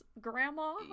Grandma